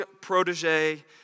protege